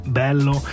bello